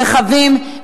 רכבים,